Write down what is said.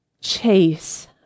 chase